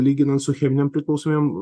lyginant su cheminėm priklausomybėm